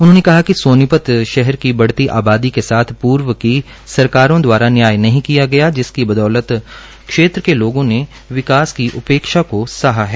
उन्होंने कहा कि सोनीपत शहर की बढती आबादी के साथ पूर्व की सरकारों द्वारा न्याय नहीं किया गया जिसकी बदौलत क्षेत्र के लोगों ने विकास की उपेक्षा को सहा है